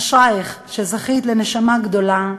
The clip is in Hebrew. אשרייך שזכית לנשמה גדולה,